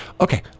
Okay